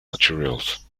materials